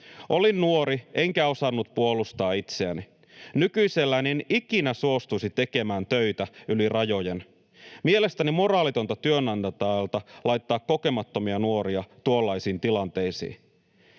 Olin nuori, enkä osannut puolustaa itseäni. Nykyisellään en ikinä suostuisi tekemään töitä yli rajojen. Mielestäni moraalitonta työnantajalta laittaa kokemattomia nuoria tuollaisiin tilanteisiin.”